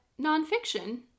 nonfiction